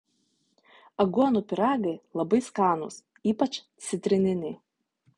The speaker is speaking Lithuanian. aguonų pyragai labai skanūs ypač citrininiai